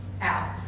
out